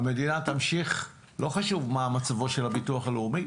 המדינה תמשיך ולא חשוב מה מצבו של הביטוח הלאומי,